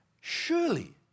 Surely